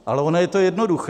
Ale ono je to jednoduché.